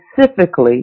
specifically